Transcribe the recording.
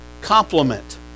complement